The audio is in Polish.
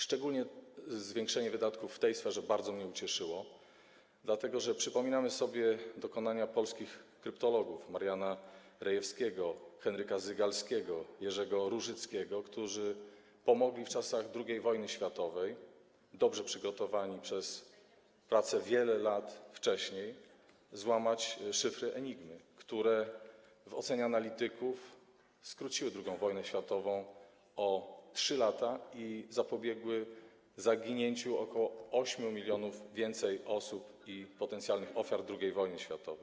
Szczególnie zwiększenie wydatków w tej sferze bardzo mnie ucieszyło, dlatego że przypominamy sobie dokonania polskich kryptologów: Mariana Rejewskiego, Henryka Zygalskiego, Jerzego Różyckiego, którzy w czasach II wojny światowej, dobrze przygotowani przez pracę wiele lat wcześniej, pomogli złamać szyfry Enigmy, co w ocenie analityków skróciło II wojnę światową o 3 lata i zapobiegło zaginięciu ok. 8 mln osób, potencjalnych ofiar II wojny światowej.